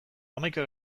hamaika